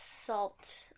salt